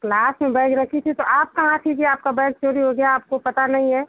class में bag रखी थीं तो आप कहाँ थीं कि आपका बैग चोरी हो गया आपको पता नहीं है